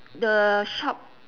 the shop